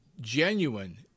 genuine